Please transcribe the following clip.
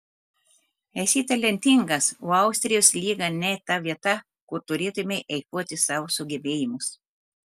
esi talentingas o austrijos lyga ne ta vieta kur turėtumei eikvoti savo sugebėjimus